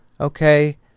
Okay